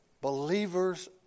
believers